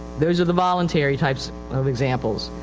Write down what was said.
those are the voluntary types of examples.